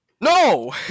No